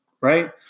Right